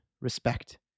respect